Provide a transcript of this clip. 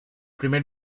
primer